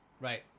Right